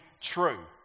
true